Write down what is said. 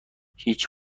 هیچ